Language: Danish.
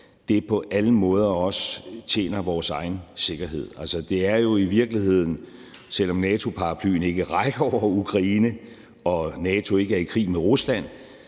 på alle måder også tjener vores egen sikkerhed. Altså, det er jo i virkeligheden, selv om NATO-paraplyen ikke rækker ind over Ukraine og NATO ikke er i krig med Rusland,